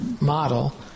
model